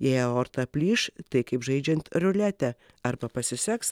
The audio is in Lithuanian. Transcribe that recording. jei aorta plyš tai kaip žaidžiant ruletę ar pasiseks